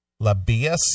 Labias